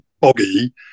boggy